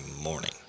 morning